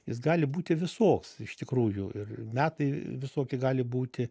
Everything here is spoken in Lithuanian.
jis gali būti visoks iš tikrųjų ir metai visoki gali būti